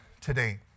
today